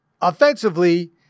offensively